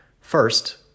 First